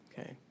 Okay